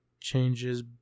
changes